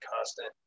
constant